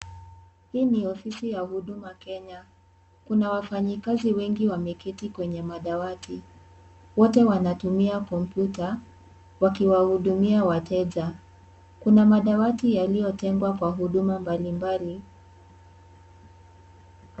Hii ni ofisi ya Huduma Kenya. Kuna wafanyikazi wengi wameketi kwenye madawati wote wanatumia kompyuta wkiwahudumia wateja kuna madawati yaliyotengwa kwa huduma mbalimbali.